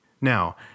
Now